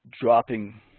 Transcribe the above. dropping